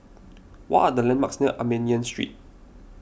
what are the landmarks near Armenian Street